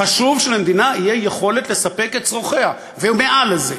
חשוב שלמדינה תהיה יכולת לספק את צרכיה, ומעל לזה,